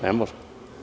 Ne može.